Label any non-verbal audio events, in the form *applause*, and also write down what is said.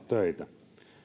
*unintelligible* töitä